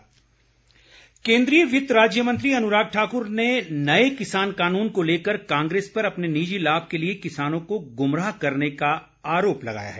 अनुराग ठाकुर केन्द्रीय वित्त राज्य मंत्री अनुराग ठाकुर ने नए किसान कानून को लेकर कांग्रेस पर अपने निजी लाभ के लिए किसानों को गुमराह करने का आरोप लगाया है